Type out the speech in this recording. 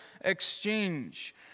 exchange